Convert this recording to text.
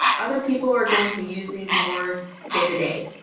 other people are going to use these more day-to-day,